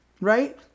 Right